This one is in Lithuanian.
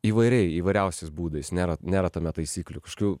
įvairiai įvairiausiais būdais nėra nėra tame taisyklių kažkokių